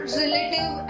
relative